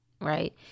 right